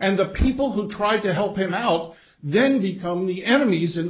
and the people who tried to help him out then become the enemies in